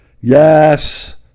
Yes